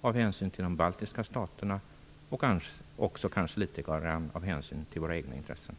som av hänsyn till de baltiska staterna och kanske litet grand av hänsyn till våra egna intressen.